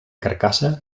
carcassa